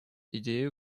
идею